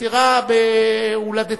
נפטרה בהולדתי.